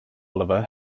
oliver